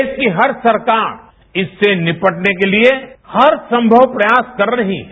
देश की हर सरकार इससे निपटने के लिये हर संगव प्रयास कर रही है